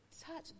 touch